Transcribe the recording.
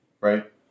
Right